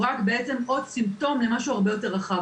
הוא רק בעצם עוד סימפטום למשהו הרבה יותר רחב.